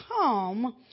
come